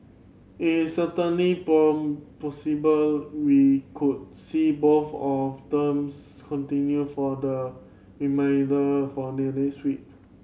it is certainly possible we could see both of themes continue for the remainder for the next week